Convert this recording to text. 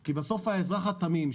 כי בסוף האזרח התמים,